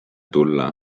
tulla